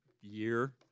year